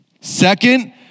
Second